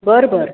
बरं बरं